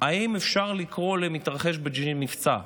האם אפשר לקרוא למתרחש בג'נין מבצע?